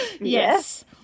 Yes